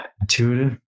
intuitive